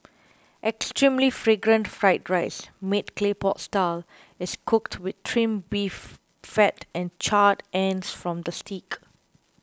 extremely Fragrant Fried Rice made Clay Pot Style is cooked with Trimmed Beef Fat and charred ends from the steak